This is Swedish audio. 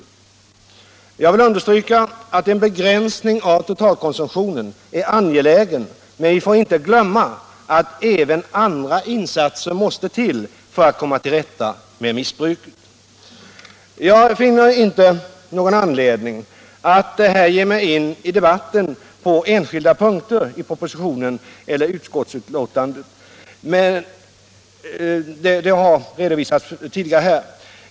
Jag vill understryka att en begränsning av totalkonsumtionen är angelägen, men vi får inte glömma att även andra insatser måste till för att komma till rätta med missbruket. Jag finner inte någon anledning att här ge mig in i debatten på de enskilda punkterna i propositionen eller utskottsbetänkandet.